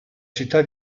città